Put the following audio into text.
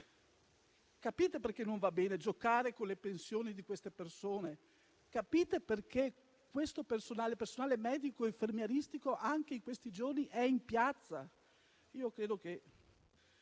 Capite perché non va bene giocare con le pensioni di queste persone? Capite perché questo personale medico e infermieristico anche in questi giorni è in piazza? Io credo di